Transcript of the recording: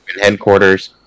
headquarters